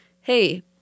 Hey